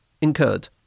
incurred